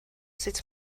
sut